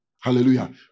Hallelujah